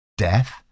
death